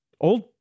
old